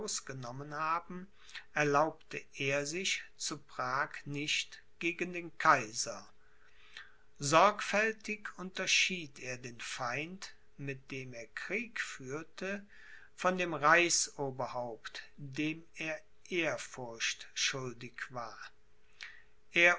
herausgenommen haben erlaubte er sich zu prag nicht gegen den kaiser sorgfältig unterschied er den feind mit dem er krieg führte von dem reichsoberhaupt dem er ehrfurcht schuldig war